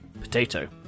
Potato